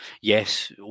Yes